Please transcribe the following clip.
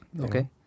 Okay